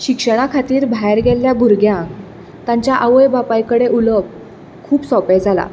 शिक्षणा खातीर भायर गेल्ल्या भुरग्यांक तांच्या आवय बापाय कडेन उलोवप खूब सोंपें जालां